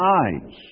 eyes